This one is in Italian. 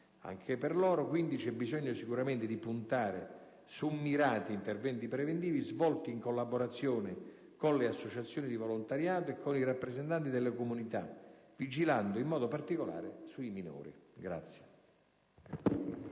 Anche per loro, quindi, c'è bisogno sicuramente di puntare su mirati interventi preventivi, svolti in collaborazione con le associazioni di volontariato e con i rappresentanti delle comunità, vigilando in modo particolare sui minori.